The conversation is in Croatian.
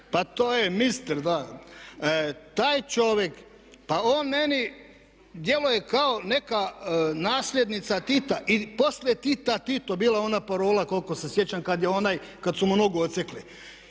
Pa to je mister, da. Taj čovjek, pa on meni djeluje kao neka nasljednica Tita i poslije Tita Tito, bila je ona parola koliko se sjećam kad je onaj, kad